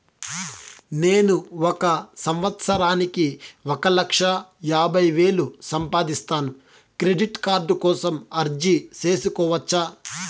నేను ఒక సంవత్సరానికి ఒక లక్ష యాభై వేలు సంపాదిస్తాను, క్రెడిట్ కార్డు కోసం అర్జీ సేసుకోవచ్చా?